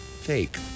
fake